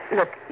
Look